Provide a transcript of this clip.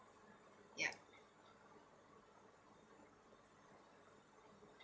ya